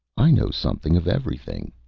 i know something of everything,